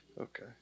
Okay